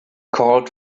called